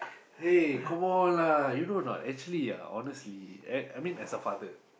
hey come on lah you know a not actually ah honestly as I mean as a father